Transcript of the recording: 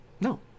No